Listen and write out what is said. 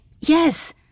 yes